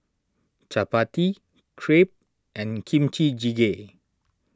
Chapati Crepe and Kimchi Jjigae